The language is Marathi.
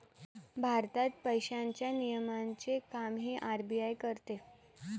भारतात पैशांच्या नियमनाचे कामही आर.बी.आय करते